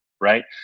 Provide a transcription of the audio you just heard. Right